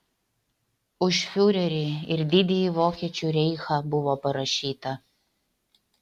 už fiurerį ir didįjį vokiečių reichą buvo parašyta